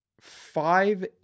five